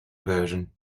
version